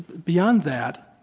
beyond that,